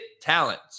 talent